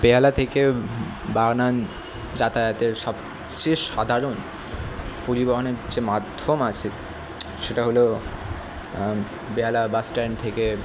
বেহালা থেকে বাগনান যাতায়াতের সবচেয়ে সাধারণ পরিবহনের যে মাধ্যম আছে সেটা হলো বেহালা বাস স্ট্যান্ড থেকে